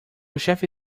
chefe